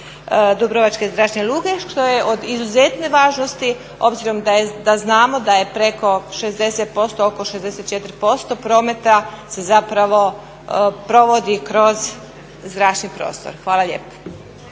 Dubrovačke zračne luke što je od izuzetne važnosti obzirom da znamo da je preko 60%, oko 64% prometa se zapravo provodi kroz zračni prostor. Hvala lijepa.